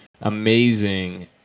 amazing